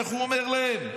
איך הוא אומר להם?